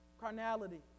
carnality